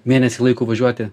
mėnesį laiko važiuoti